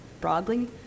broadly